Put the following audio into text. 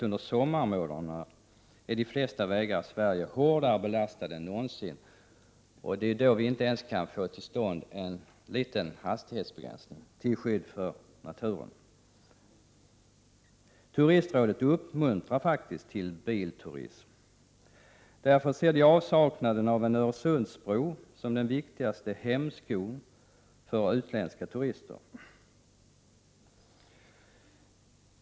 Under sommarmånaderna är de flesta vägar i Sverige hårdare belastade än någonsin, och det är då vi inte ens kan få till stånd en liten hastighetsbegränsning till skydd för naturen. Turistrådet uppmuntrar faktiskt till bilturism. Därför ser man avsaknaden av en Öresundsbro som den viktigaste hämskon för utländska turister.